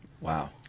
Wow